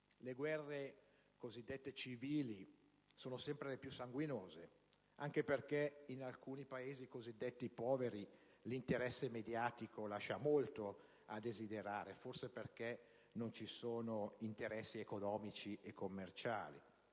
Le cosiddette guerre civili sono sempre le più sanguinose, anche perché in alcuni Paesi cosiddetti poveri l'interesse mediatico lascia molto a desiderare, forse perché non ci sono interessi economici e commerciali.